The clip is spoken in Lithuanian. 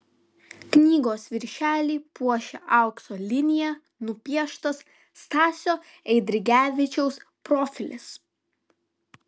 knygos viršelį puošia aukso linija nupieštas stasio eidrigevičiaus profilis